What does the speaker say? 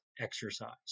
exercise